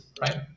right